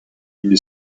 une